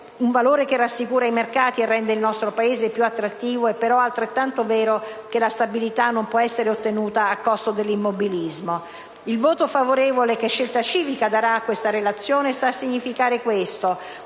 un valore, che rassicura i mercati e rende il nostro Paese più attrattivo, è però altrettanto vero che la stabilità non può essere ottenuta a costo dell'immobilismo. Il voto favorevole che Scelta Civica darà a questa Relazione sta a significare questo: